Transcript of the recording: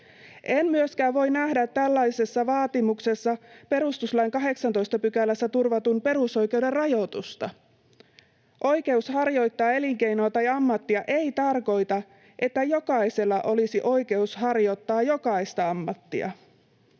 En myöskään voi nähdä tällaisessa vaatimuksessa perustuslain 18 §:ssä turvatun perusoikeuden rajoitusta. Oikeus harjoittaa elinkeinoa tai ammattia ei tarkoita, että jokaisella olisi oikeus harjoittaa jokaista ammattia.